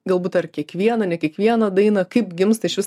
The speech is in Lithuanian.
galbūt ar kiekvieną ne kiekvieną dainą kaip gimsta iš vis